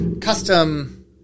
custom